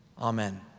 Amen